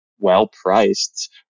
well-priced